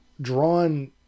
drawn